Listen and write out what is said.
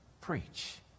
preach